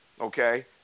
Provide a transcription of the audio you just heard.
Okay